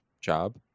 job